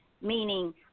meaning